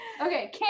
Okay